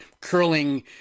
curling